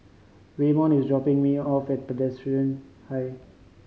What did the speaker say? Waymon is dropping me off at Presbyterian High